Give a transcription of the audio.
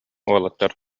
уолаттар